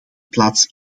plaats